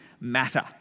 matter